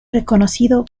reconocido